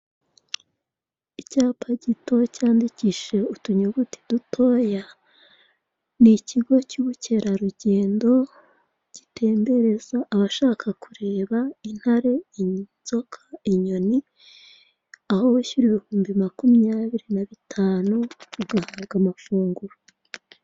Icyapa gito cyandikishije utunyuguti dutoya. Ni ikigo cy'ubukerarugendo gitembereza abashaka kureba intare, inzoka, inyoni. Aho wishyura ibihumbi makumyabiri na bitanu ugahabwa amafunguro.